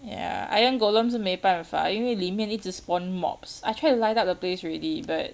ya iron golems 是没办法因为里面一直 spawn mobs I tried to light up the place already but